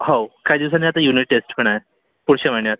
हो काही दिवसाने आता युनिट टेस्ट पण आहे पुढच्या महिन्यात